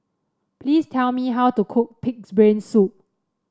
please tell me how to cook pig's brain soup